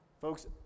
Folks